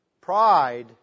Pride